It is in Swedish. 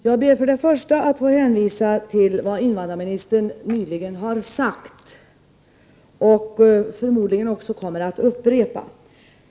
Fru talman! Får jag först och främst hänvisa till vad invandrarministern nyligen har sagt och förmodligen också kommer att upprepa.